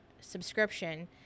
subscription